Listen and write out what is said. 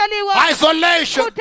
isolation